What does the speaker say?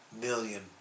million